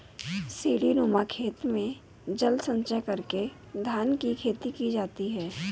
सीढ़ीनुमा खेत में जल संचय करके धान की खेती की जाती है